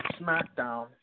SmackDown